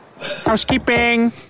Housekeeping